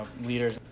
leaders